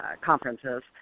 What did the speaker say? conferences